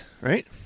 right